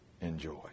enjoy